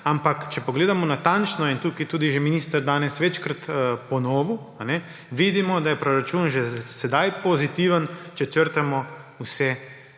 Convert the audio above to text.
natančno pogledamo in je tudi tukaj minister danes večkrat ponovil, vidimo, da je proračun že sedaj pozitiven, če črtamo vse